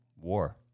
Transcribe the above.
war